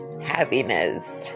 happiness